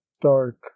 dark